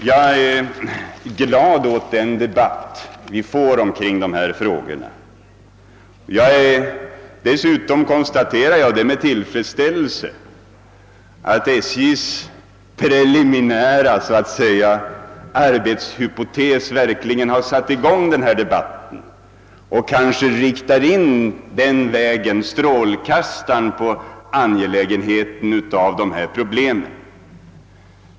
Jag är glad över den debatt som vi har fått om dessa frågor, och jag konstaterar med tillfredsställelse att SJ:s preliminära arbetshypotes verkligen har givit upphov till debatt och riktat strålkastaren på problemen.